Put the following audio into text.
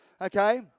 okay